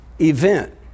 event